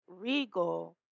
Regal